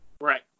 right